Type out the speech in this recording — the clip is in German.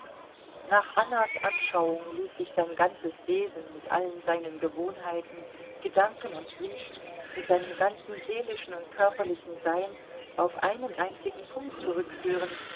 nach annas anschauung ließ sich sein ganzes wesen mit allen seinen gewohnheiten gedanken und wünschen mit seinem ganzen seelischen und körperlichen sein auf einen einzigen punkt zurückführen